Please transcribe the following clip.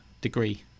degree